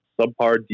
subpar